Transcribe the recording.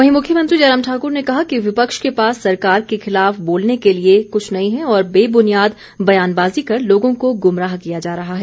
वहीं मुख्यमंत्री जयराम ठाकुर ने कहा कि विपक्ष के पास सरकार के खिलाफ बोलने के लिए कुछ नहीं है और बेबुनियाद बयानबाजी कर लोगों को गुमराह किया जा रहा है